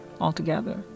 altogether